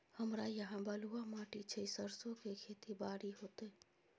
हमरा यहाँ बलूआ माटी छै सरसो के खेती बारी होते?